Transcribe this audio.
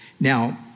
Now